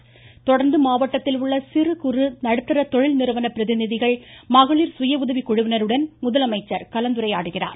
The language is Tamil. மேலும் மாவட்டத்தில் உள்ள சிறு குறு நடுத்தர தொழில் நிறுவன பிரதிநிதிகள் மகளிர் சுயஉதவிக் குழுவினருடன் முதலமைச்சர் கலந்தரையாடினார்